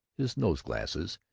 his nose-glasses,